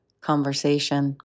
conversation